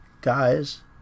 guys